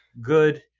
good